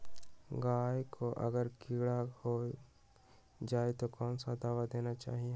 गाय को अगर कीड़ा हो जाय तो कौन सा दवा देना चाहिए?